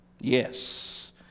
Yes